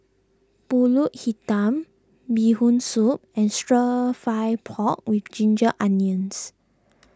Pulut Hitam Bee Hoon Soup and Stir Fry Pork with Ginger Onions